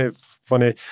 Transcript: funny